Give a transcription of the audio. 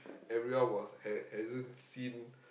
everyone was ha~ hasn't seen